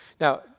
Now